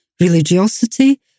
religiosity